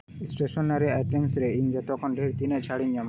stationery items ᱨᱮ ᱤᱧ ᱡᱚᱛᱚ ᱠᱷᱚᱱᱰᱷᱮᱨ ᱛᱤᱱᱟᱹᱜ ᱪᱷᱟᱲᱤᱧ ᱧᱟᱢᱟ